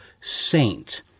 saint